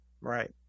right